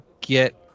get